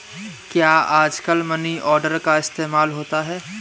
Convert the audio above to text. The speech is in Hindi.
क्या आजकल मनी ऑर्डर का इस्तेमाल होता है?